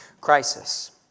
crisis